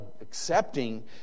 accepting